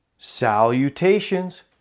Salutations